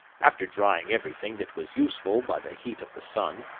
after drying everything that was useful by the heat of the sun,